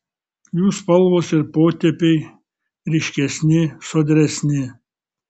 jų spalvos ir potėpiai ryškesni sodresni